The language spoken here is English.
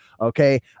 okay